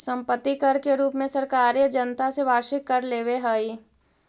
सम्पत्ति कर के रूप में सरकारें जनता से वार्षिक कर लेवेऽ हई